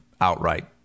outright